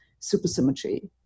supersymmetry